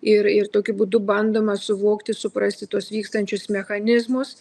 ir ir tokiu būdu bandoma suvokti suprasti tuos vykstančius mechanizmus